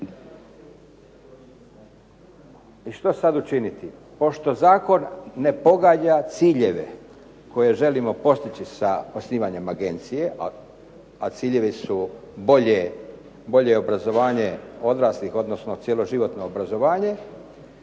I što sad učiniti? Pošto zakon ne pogađa ciljeve koje želimo postići sa osnivanjem agencije, a ciljevi su bolje obrazovanje odraslih, odnosno cjeloživotno obrazovanje.